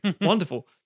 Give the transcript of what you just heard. wonderful